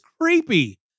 creepy